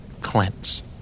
Cleanse